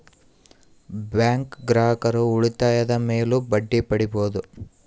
bank ಗ್ರಾಹಕರು ಉಳಿತಾಯದ ಮೇಲೂ ಬಡ್ಡಿ ಪಡೀಬಹುದು